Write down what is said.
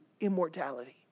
immortality